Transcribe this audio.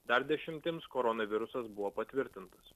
dar dešimtims koronavirusas buvo patvirtintas